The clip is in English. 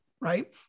right